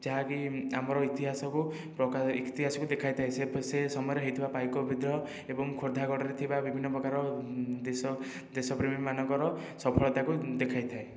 ଯାହାକି ଆମର ଇତିହାସକୁ ପ୍ରକା ଇହିହାସକୁ ଦେଖାଇଥାଏ ସେ ସେ ସମୟରେ ହେଇଥିବା ପାଇକ ବିଦ୍ରୋହ ଏବଂ ଖୋର୍ଦ୍ଧା ଗଡ଼ରେ ଥିବା ବିଭିନ୍ନ ପ୍ରକାର ଦେଶ ଦେଶପ୍ରେମୀମାନଙ୍କର ସଫଳତାକୁ ଦେଖାଇଥାଏ